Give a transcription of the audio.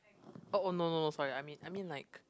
oh oh no no no sorry I mean I mean like